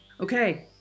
Okay